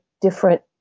different